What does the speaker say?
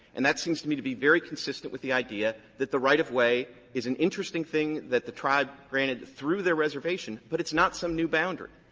and that seems to me to be very consistent with the idea that the right-of-way is an interesting thing that the tribe granted through their reservation, but it's not some new boundary.